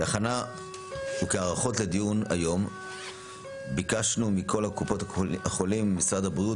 כהכנה וכהיערכות לדיון היום ביקשנו מכל קופות החולים וממשרד הבריאות